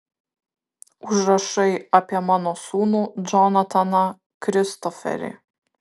užrašai apie mano sūnų džonataną kristoferį